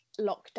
lockdown